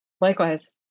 Likewise